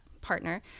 partner